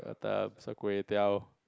prata char-kway-teow